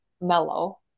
Mellow